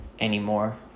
anymore